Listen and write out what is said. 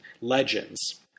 legends